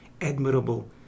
admirable